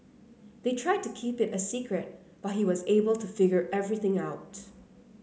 they tried to keep it a secret but he was able to figure everything out